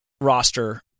roster